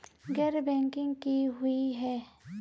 गैर बैंकिंग की हुई है?